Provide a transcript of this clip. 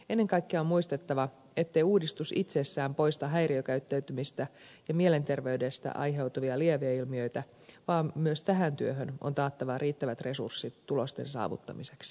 ennen kaikkea on muistettava ettei uudistus itsessään poista häiriökäyttäytymistä ja mielenterveydestä aiheutuvia lieveilmiöitä vaan myös tähän työhön on taattava riittävät resurssit tulosten saavuttamiseksi